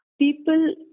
people